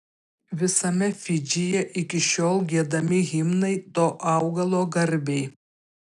visame fidžyje iki šiol giedami himnai to augalo garbei